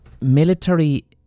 military